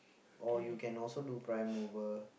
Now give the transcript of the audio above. or you can also do prime mover